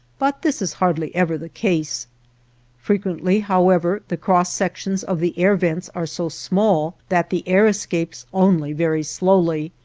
but this is hardly ever the case frequently, however, the cross-sections of the air vents are so small that the air escapes only very slowly,